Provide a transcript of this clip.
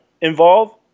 involved